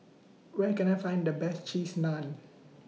Where Can I Find The Best Cheese Naan